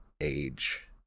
age